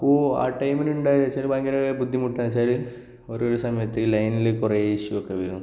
അപ്പോൾ ആ ടൈമിലുണ്ടായെന്നു വെച്ചാൽ ഭയങ്കര ബുദ്ധിമുട്ടെന്നു വെച്ചാൽ ഓരോരോ സമയത്ത് ലൈനിൽ കുറേ ഇഷ്യൂ ഒക്കെ വരും